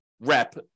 rep